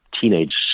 teenage